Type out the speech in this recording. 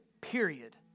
period